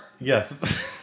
yes